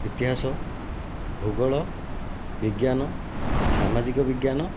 ଇତିହାସ ଭୂଗୋଳ ବିଜ୍ଞାନ ସାମାଜିକ ବିଜ୍ଞାନ